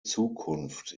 zukunft